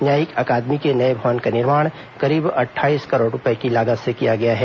न्यायिक अकादमी के नए भवन का निर्माण करीब अट्ठाईस करोड़ रूपये की लागत से किया गया है